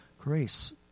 grace